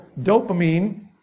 dopamine